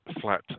flat